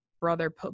brother